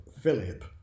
Philip